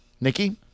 Nikki